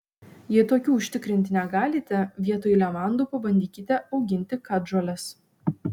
jei tokių užtikrinti negalite vietoj levandų pabandykite auginti katžoles